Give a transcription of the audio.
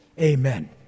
Amen